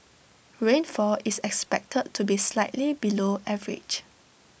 rainfall is expected to be slightly below average